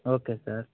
okay sir